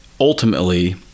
ultimately